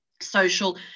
social